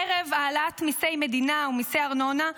ערב העלאת מיסי מדינה ומיסי ארנונה,